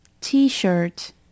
t-shirt